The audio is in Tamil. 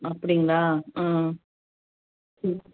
அப்படிங்களா ம் ம்